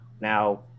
Now